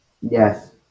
Yes